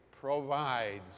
provides